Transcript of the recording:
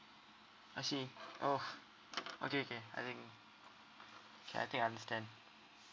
I see oh okay okay I think okay I think I understand